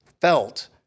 felt